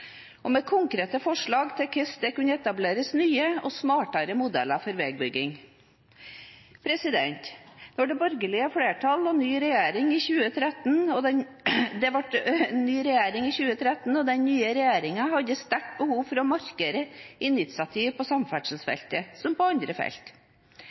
kunne etableres nye og smartere modeller for veibygging. Så ble det borgerlig flertall og ny regjering i 2013, og den nye regjeringen hadde sterkt behov for å markere initiativ på samferdselsfeltet – som på andre felt.